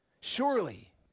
Surely